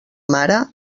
mare